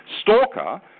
stalker